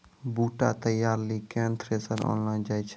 बूटा तैयारी ली केन थ्रेसर आनलऽ जाए?